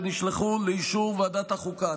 ונשלחו לאישור ועדת החוקה,